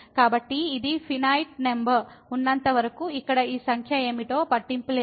కాబట్టి ఇది finite number ఉన్నంతవరకు ఇక్కడ ఈ సంఖ్య ఏమిటో పట్టింపు లేదు